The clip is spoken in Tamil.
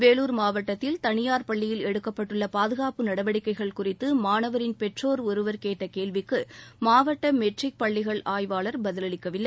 வேலூர் மாவட்டத்தில் தனியார் பள்ளியில் எடுக்கப்பட்டுள்ள பாதுகாப்பு நடவடிக்கைகள் குறித்து மாணவரின் பெற்றோர் ஒருவர் கேட்ட கேள்விக்கு மாவட்ட மெட்ரிக் பள்ளிகள் ஆய்வாளர் பதிலளிக்கவில்லை